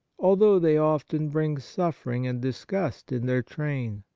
although they often bring suffer ing and disgust in their train.